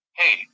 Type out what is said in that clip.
hey